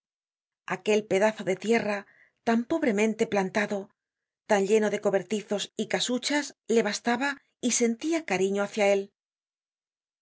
aquel pedazo de tierra tan pobremente plantado tan lleno de cobertizos y casuchas le bastaba y sentia cariño hácia él